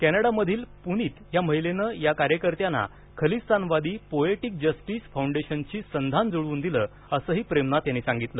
कॅनडामधील पुनीत या महिलेनं या कार्यकर्त्यांना खलिस्तानवादी पोएटिक जस्टिस फाउंडेशनशी संधान जुळवून दिलं असंही प्रेमनाथ यांनी सांगितलं